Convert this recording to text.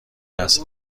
است